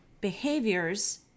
behaviors